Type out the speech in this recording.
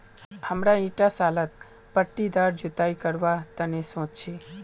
हमरा ईटा सालत पट्टीदार जुताई करवार तने सोच छी